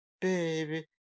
baby